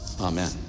Amen